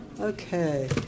Okay